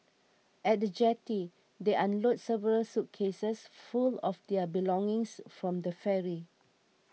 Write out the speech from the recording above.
at the jetty they unload several suitcases full of their belongings from the ferry